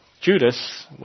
Judas